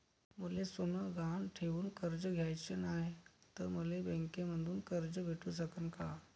मले सोनं गहान ठेवून कर्ज घ्याचं नाय, त मले बँकेमधून कर्ज भेटू शकन का?